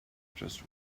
just